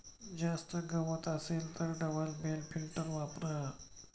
जास्त गवत असेल तर डबल बेल लिफ्टर वापरा